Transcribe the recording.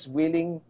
willing